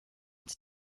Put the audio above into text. its